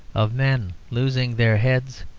of men losing their heads,